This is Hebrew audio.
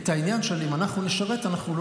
את העניין שאם אנחנו נשרת אנחנו לא